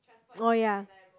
oh ya